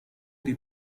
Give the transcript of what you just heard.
die